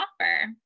offer